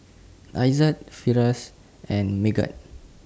Aizat Firash and Megat